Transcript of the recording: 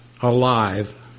alive